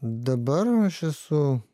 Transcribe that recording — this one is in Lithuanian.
dabar aš esu